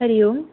हरिः ओम्